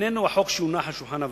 איננו החוק שהונח על שולחן הוועדה,